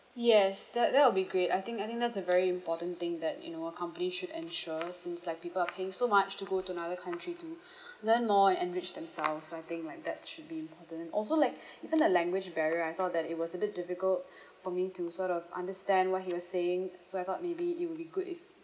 yes that that will be great I think I think that's a very important thing that you know a company should ensure since like people are paying so much to go to another country to learn more and enrich themselves so I think like that should be important also like even the language barrier I thought that it was a bit difficult for me to sort of understand what he was saying so I thought maybe it will be good if